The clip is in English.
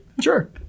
Sure